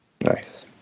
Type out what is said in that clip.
Nice